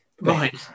right